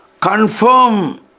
confirm